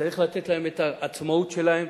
צריך לתת להם את העצמאות שלהם.